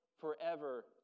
forever